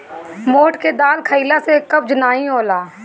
मोठ के दाल खईला से कब्ज नाइ होला